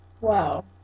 Wow